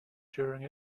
during